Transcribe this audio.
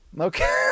Okay